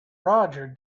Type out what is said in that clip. roger